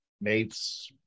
mates